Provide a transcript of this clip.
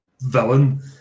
villain